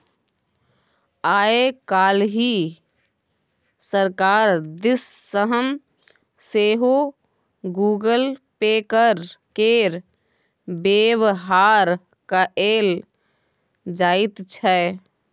आय काल्हि सरकार दिस सँ सेहो गूगल पे केर बेबहार कएल जाइत छै